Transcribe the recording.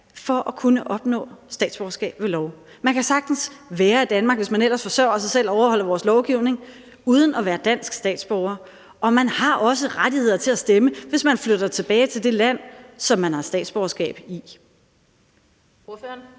for at kunne opnå statsborgerskab ved lov. Man kan sagtens være i Danmark, hvis man ellers forsørger sig selv og overholder vores lovgivning, uden at være dansk statsborger, og man har også rettigheder til at stemme, hvis man flytter tilbage til det land, som man har statsborgerskab i.